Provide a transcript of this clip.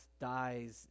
dies